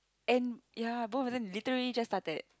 and ya both of them literally just started